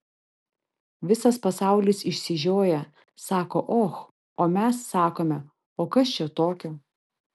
visas pasaulis išsižioja sako och o mes sakome o kas čia tokio